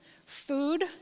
food